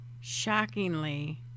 Shockingly